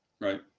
Right